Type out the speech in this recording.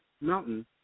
mountain